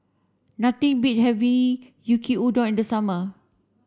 nothing beat having Yaki udon in the summer